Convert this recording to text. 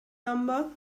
number